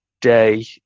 day